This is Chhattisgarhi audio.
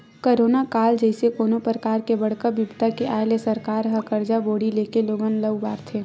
करोना काल जइसे कोनो परकार के बड़का बिपदा के आय ले सरकार ह करजा बोड़ी लेके लोगन ल उबारथे